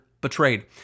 betrayed